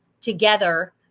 together